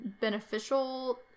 beneficial